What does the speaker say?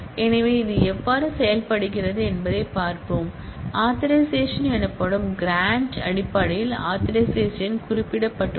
எனவே இது எவ்வாறு செயல்படுகிறது என்பதைப் பார்ப்போம் ஆதரைசேஷன் எனப்படும் க்ராண்ட் அடிப்படையில் ஆதரைசேஷன் குறிப்பிடப்பட்டுள்ளது